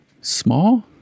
Small